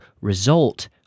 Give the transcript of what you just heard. result